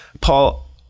Paul